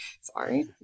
Sorry